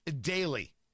daily